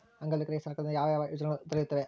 ಅಂಗವಿಕಲರಿಗೆ ಸರ್ಕಾರದಿಂದ ಯಾವ ಯಾವ ಯೋಜನೆಗಳು ದೊರೆಯುತ್ತವೆ?